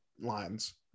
lines